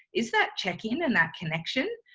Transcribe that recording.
is that checking and that connection.